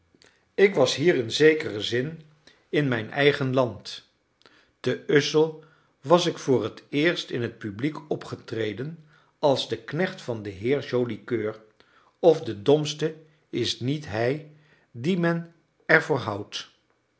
ik was hier in zekeren zin in mijn eigen land te ussel was ik voor het eerst in het publiek opgetreden als de knecht van den heer joli coeur of de domste is niet hij dien men er voor houdt